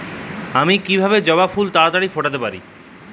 আমি কিভাবে জবা ফুল তাড়াতাড়ি ফোটাতে পারি?